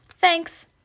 Thanks